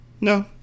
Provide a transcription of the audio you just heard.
No